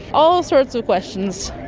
all sorts of questions.